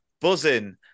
buzzing